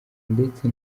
ndetse